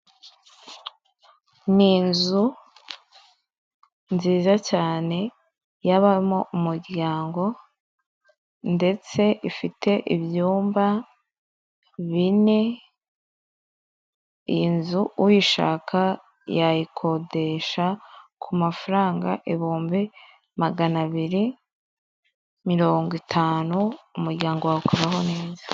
Ni inzu nziza cyane yabamo umuryango ndetse ifite ibyumba bine, iyi nzu uyishaka yayikodesha ku mafaranga ibihumbi magana abiri mirongo itanu, umuryango wawe ukabaho neza.